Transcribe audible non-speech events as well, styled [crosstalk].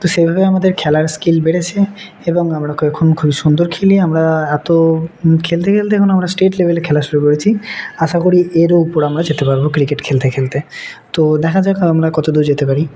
তো সেইভাবে আমাদের খেলার স্কিল বেড়েছে এবং আমরা [unintelligible] এখন খুব সুন্দর খেলি আমরা এত খেলতে খেলতে এখন আমরা স্টেট লেভেলে খেলা শুরু করেছি আশা করি এরও উপর আমরা যেতে পারব ক্রিকেট খেলতে খেলতে তো দেখা যাক আমরা কত দূর যেতে পারি